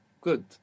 Good